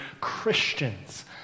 Christians